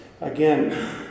Again